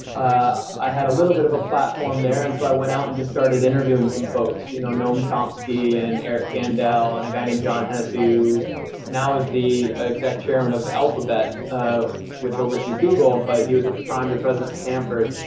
i had a little bit of a platform there and so i went out and just started interviewing some folks you now, know noam chomsky, and eric kendel, and a guy named john hess who now is the exec chairman of alphabet, ah which oversees google, but he was at the time the president of stanford.